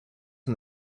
and